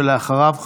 ואחריו,